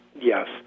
yes